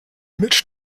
image